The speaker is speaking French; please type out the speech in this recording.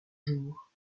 jour